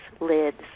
lids